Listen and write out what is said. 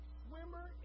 swimmer